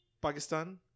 Pakistan